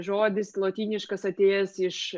žodis lotyniškas atėjęs iš